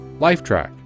Lifetrack